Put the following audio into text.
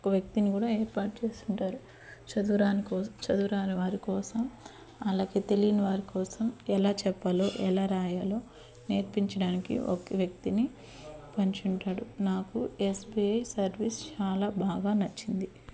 ఒక వ్యక్తిని కూడా ఏర్పాటు చేసుంటారు చదువురాని కోసం చదువురాని వారికోసం అలాగే తెలియని వారికోసం ఎలా చెప్పాలో ఎలా రాయాలో నేర్పించడానికి ఒక వ్యక్తిని పంచుంటాడు నాకు ఎస్బీఐ సర్వీస్ చాలా బాగా నచ్చింది